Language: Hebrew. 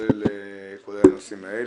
כולל הנושאים האלה.